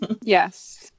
Yes